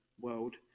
world